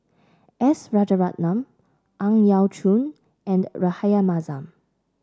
S Rajaratnam Ang Yau Choon and Rahayu Mahzam